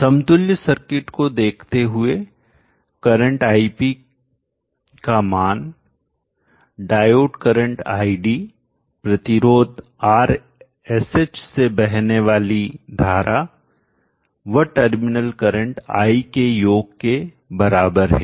समतुल्य सर्किट को देखते हुए करंट ip का मान डायोड करंट id प्रतिरोध RSH से बहने वाली धारा व टर्मिनल करंट i के योग के बराबर है